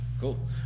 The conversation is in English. cool